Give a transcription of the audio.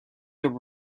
could